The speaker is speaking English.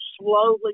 slowly